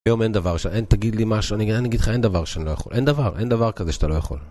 היום אין דבר ש... אין תגיד לי משהו, אני אגיד לך אין דבר שאני לא יכול, אין דבר, אין דבר כזה שאתה לא יכול.